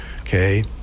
Okay